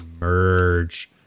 Merge